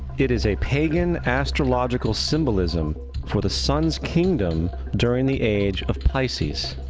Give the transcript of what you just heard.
it is a pagan astrological symbolism for the sun's kingdom during the age of pisces.